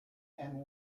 and